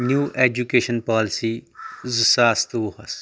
نیوٗ education policy زٕ ساس تہٕ وُہس